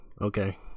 Okay